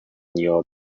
یاد